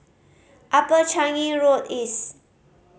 Upper Changi Road East